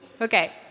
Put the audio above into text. Okay